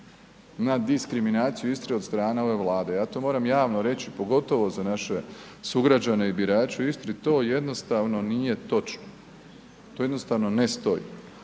na diskriminaciju Istre od strane ove Vlade. Ja to moram javno reći pogotovo za naše sugrađane i birače u Istri, to jednostavno nije točno, to jednostavno ne stoji.